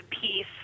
peace